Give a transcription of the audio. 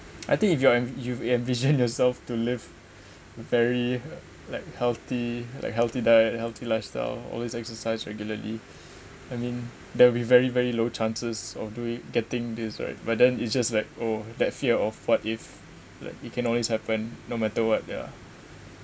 I think if you are in you envision yourself to live very like healthy like healthy diet healthy lifestyle always exercise regularly I mean there will be very very low chances of doing getting this right but then it's just like oh that fear of what if like it can always happen no matter what yeah